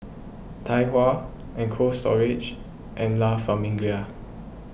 Tai Hua Cold Storage and La Famiglia